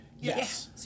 Yes